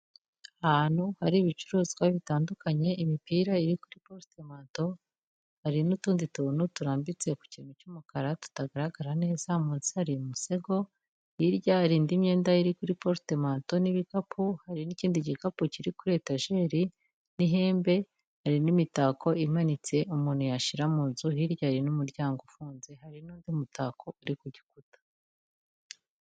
Ahantu hari ibicuruzwa bitandukanye, imipira iri kuri porutemanto, hari n'utundi tuntu turambitse ku kintu cy'umukara tutagaragara neza, munsi hari imisego, hirya hari indi myenda iri kuri porutemanto n'ibikapu, hari n'ikindi gikapu kiri kuri etajeri, n'ihembe, hari n'imitako imanitse umuntu yashyira mu nzu, hirya hari n'umuryango ufunze, hari n'undi mutako uri ku gikuta.